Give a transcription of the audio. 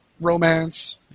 romance